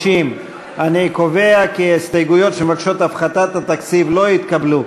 60. אני קובע כי ההסתייגויות שמבקשות הפחתת התקציב לא התקבלו.